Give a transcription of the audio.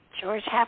George